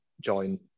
join